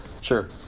sure